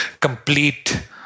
complete